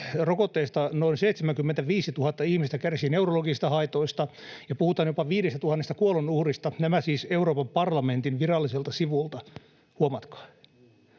mukaan noin 75 000 ihmistä kärsii neurologisista haitoista rokotteista, ja puhutaan jopa 5 000 kuolonuhrista — nämä siis Euroopan parlamentin viralliselta sivulta, huomatkaa.